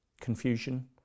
confusion